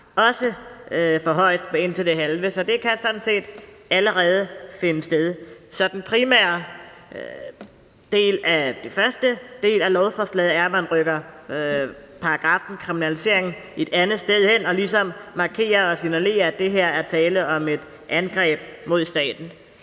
forhøjes med indtil det halve.« Så det kan sådan set allerede finde sted. Så den første del af lovforslaget er, at man rykker paragraffen om kriminalisering et andet sted hen og ligesom markerer og signalerer, at der her er tale om et angreb mod staten.